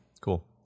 Cool